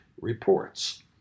reports